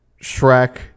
Shrek